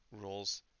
rules